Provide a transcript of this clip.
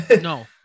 No